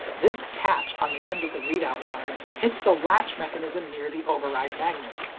this catch on the end of the readout arm hits the latch mechanism near the override magnet.